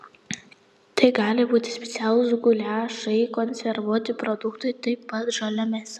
tai gali būti specialūs guliašai konservuoti produktai taip pat žalia mėsa